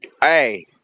Hey